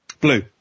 Blue